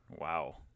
Wow